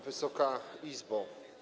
Wysoka Izbo!